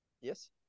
Yes